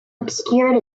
obscured